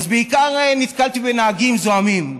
בעיקר נתקלתי בנהגים זועמים.